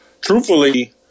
truthfully